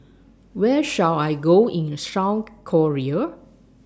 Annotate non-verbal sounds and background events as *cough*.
Where should I Go in *unintelligible* *noise* Korea